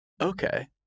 Okay